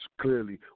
clearly